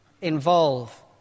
involve